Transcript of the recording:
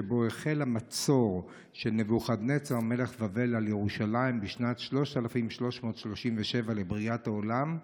שבו החל המצור של נבוכדנצר מלך בבל על ירושלים בשנת 3,337 לבריאת העולם.